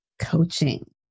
coaching